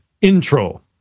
intro